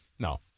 No